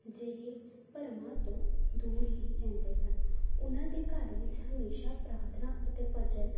ਜਿਹੇ ਭਰਮਾਂ ਤੋਂ ਦੂਰ ਹੀ ਰਹਿੰਦੇ ਸਨ ਉਹਨਾਂ ਦੇ ਘਰ ਵਿੱਚ ਹਮੇਸ਼ਾ ਪ੍ਰਾਥਨਾ ਅਤੇ ਭਜਨ